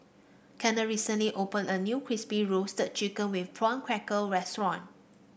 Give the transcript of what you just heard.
Kennard recently opened a new Crispy Roasted Chicken with prawn cracker restaurant